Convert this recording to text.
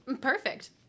Perfect